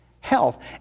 health